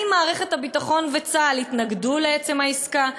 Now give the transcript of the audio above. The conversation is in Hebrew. האם גם מערכת הביטחון וצה"ל התנגדו לעצם העסקה?